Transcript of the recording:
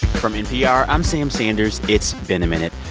from npr, i'm sam sanders. it's been a minute.